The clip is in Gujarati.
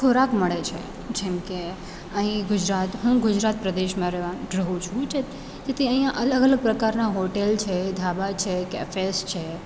ખોરાક મળે છે જેમકે અહીં ગુજરાત હું ગુજરાત પ્રદેશમાં રેવા રહું છું જે તેથી અહીં અલગ અલગ પ્રકારની હોટેલ છે ઢાબા છે કેફેસ છે